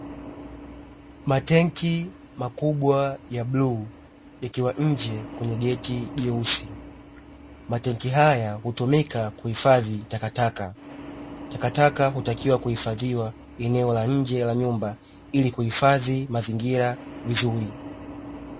Matenki makubwa ya bluu yakiwa nje kwenye geti jeusi. Matenki haya hutumika kuhifadhi takataka. Takataka hutakiwa kuhifadhiwa eneo la nje ya nyumba ili kuhifadhi mazingira vizuri.